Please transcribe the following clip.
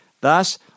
Thus